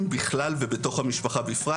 במשפחה, בכלל, ובתוך המשפחה בפרט.